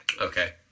Okay